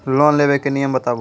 Loan लेबे के नियम बताबू?